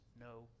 no